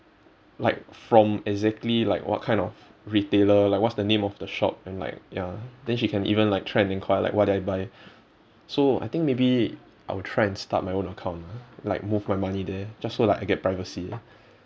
like from exactly like what kind of retailer like what's the name of the shop and like ya then she can even like try and inquire like what did I buy so I think maybe I'll try and start my own account lah like move my money there just so like I get privacy